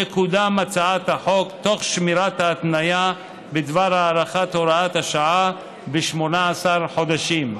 תקודם הצעת החוק תוך שמירת ההתניה בדבר הארכת הוראת השעה ב-18 חודשים.